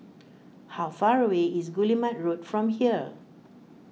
how far away is Guillemard Road from here